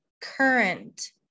current